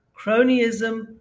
cronyism